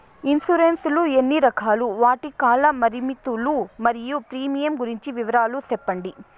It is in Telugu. ఇన్సూరెన్సు లు ఎన్ని రకాలు? వాటి కాల పరిమితులు మరియు ప్రీమియం గురించి వివరాలు సెప్పండి?